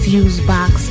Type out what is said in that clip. FuseBox